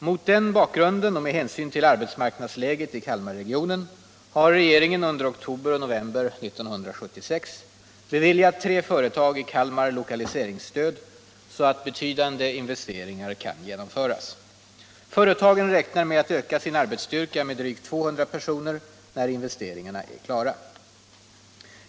Mot den bakgrunden och med hänsyn till arbetsmarknadsläget i Kalmarregionen har regeringen under oktober och november 1976 beviljat tre företag i Kalmar lokaliseringsstöd, så att betydande investeringar kan genomföras. Företagen räknar med att öka sin arbetsstyrka med drygt 200 personer när investeringarna är klara.